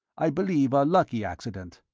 i believe a lucky accident.